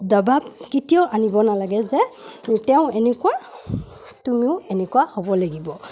দবাব কেতিয়াও আনিব নালাগে যে তেওঁ এনেকুৱা তুমিও এনেকুৱা হ'ব লাগিব